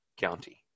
County